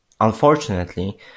Unfortunately